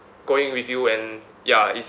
going with you and ya is